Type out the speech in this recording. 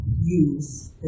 use